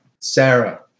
Sarah